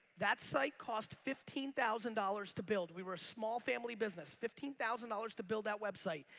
that site cost fifteen thousand dollars to build. we were small family business. fifteen thousand dollars to build that website,